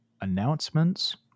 announcements